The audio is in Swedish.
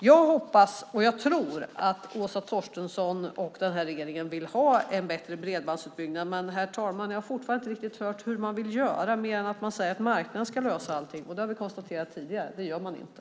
Jag hoppas och tror att Åsa Torstensson och regeringen vill ha en bättre bredbandsutbyggnad. Men, herr talman, jag har fortfarande inte hört hur man vill göra mer än att man säger att marknaden ska lösa allting. Där har vi konstaterat tidigare att det gör den inte.